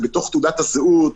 זה בתוך תעודת הזהות,